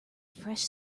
fresh